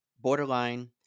borderline